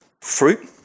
fruit